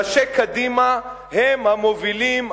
ראשי קדימה הם המובילים,